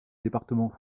département